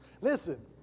Listen